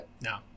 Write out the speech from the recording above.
No